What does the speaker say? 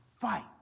fight